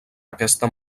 aquesta